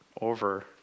over